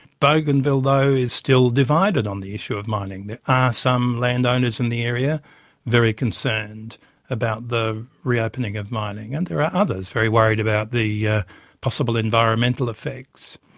bougainville though is still divided on the issue of mining. there are some landowners in the area very concerned about the reopening of mining, and there are others very worried about the yeah possible environmental effects.